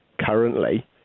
currently